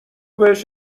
بهش